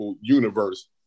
universe